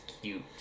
cute